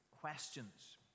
Questions